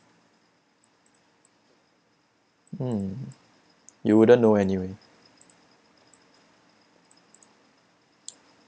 mm you wouldn't know anyway